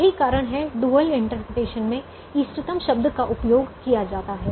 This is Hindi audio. यही कारण है कि डुअल इंटरप्रिटेशन में इष्टतम शब्द का उपयोग किया जाता है